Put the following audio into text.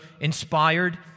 inspired